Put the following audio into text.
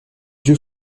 joue